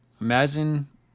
Imagine